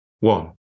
one